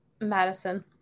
Madison